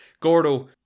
Gordo